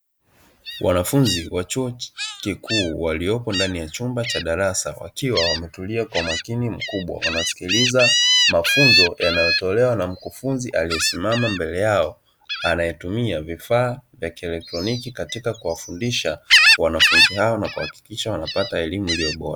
Wanafunzi wa chuo kikuu waliopo ndani ya chumba cha darasa wakiwa wametulia kwa makini mkubwa wanasikiliza mafunzo yanayotolewa na mkufunzi aliyesimama mbele yao, anayetumia vifaa vya kielektroniki katika kuwafundisha wanafunzi hao na kuhakikisha wanapata elimu iliyo bora.